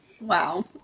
Wow